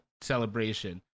celebration